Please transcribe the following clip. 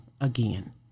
again